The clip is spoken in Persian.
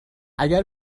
اگر